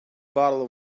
bottle